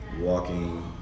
walking